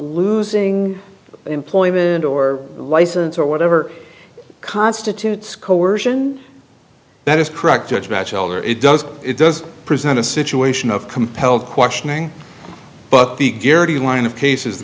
losing employment or license or whatever constitutes coercion that is correct judge matsch elder it does it does present a situation of compelled questioning but the garrity line of cases